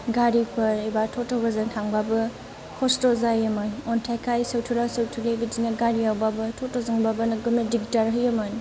गारिफोर एबा ट'ट'फोरजों थांब्लाबो खस्थ' जायोमोन अन्थायखाय सौथुला सौथुलि बिदिनो गारियावब्लाबो थथ'जोंब्लाबो नोगोदनो दिगदार होयोमोन